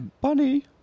Bunny